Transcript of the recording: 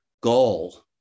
goal